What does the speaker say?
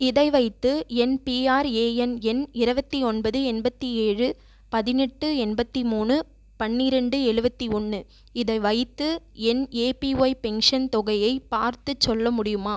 இதை வைத்து என் பிஆர்ஏஎன் எண் இருபத்தி ஒன்பது எண்பத்தி ஏழு பதினெட்டு எண்பத்தி மூணு பன்னிரெண்டு எழுபத்தி ஒன்று இதை வைத்து என் எபிஒய் பென்ஷன் தொகையை பார்த்துச் சொல்ல முடியுமா